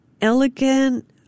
elegant